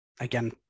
again